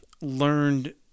learned